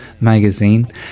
magazine